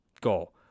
go